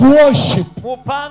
worship